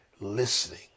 listening